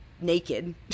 naked